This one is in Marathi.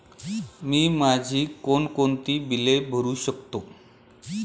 मी माझी कोणकोणती बिले भरू शकतो?